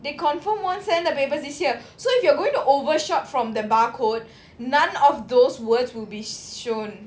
they confirm won't send the papers this year so if you are going to overshot from the barcode none of those words will be shown